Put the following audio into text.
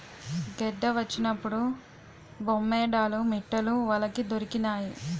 గెడ్డ వచ్చినప్పుడు బొమ్మేడాలు మిట్టలు వలకి దొరికినాయి